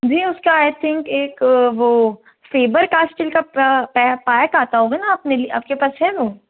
जी उसका I think एक वो फेबर कास्ट पैक आता होगा ना आपने आपके पास है वो